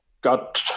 got